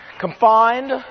confined